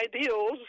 ideals